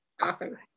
Awesome